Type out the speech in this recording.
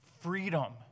freedom